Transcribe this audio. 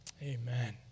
Amen